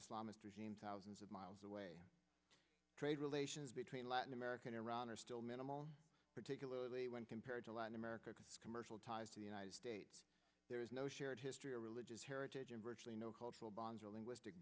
islamist regime thousands of miles away trade relations between latin american iran are still minimal particularly when compared to latin america commercial ties to the united states there is no shared history or religious heritage and virtually no cultural bonds or linguistic